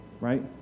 right